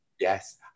Yes